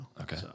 Okay